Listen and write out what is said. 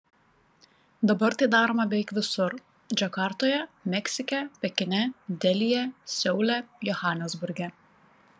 dabar tai daroma beveik visur džakartoje meksike pekine delyje seule johanesburge